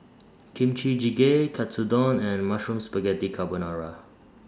Kimchi Jjigae Katsudon and Mushroom Spaghetti Carbonara